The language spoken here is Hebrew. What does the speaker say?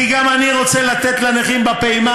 כי גם אני רוצה לתת לנכים בפעימה